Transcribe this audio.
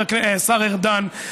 השר ארדן,